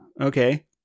okay